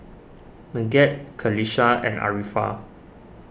Megat Qalisha and Arifa